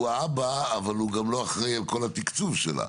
הוא האבא אבל הוא לא אחראי על כל התקצוב שלה.